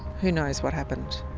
who knows what happened.